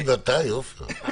ממתי, עופר?